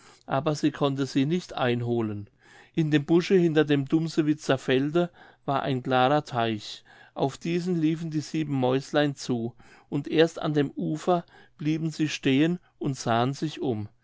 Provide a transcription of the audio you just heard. aber sie konnte sie nicht einholen in dem busche hinter dem dumsewitzer felde war ein klarer teich auf diesen liefen die sieben mäuslein zu und erst an dem ufer blieben sie stehen und sahen sich um